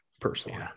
personally